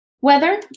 weather